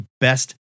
best